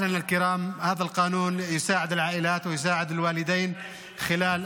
(אומר דברים בשפה הערבית, להלן תרגומם:).